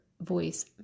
voice